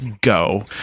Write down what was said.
go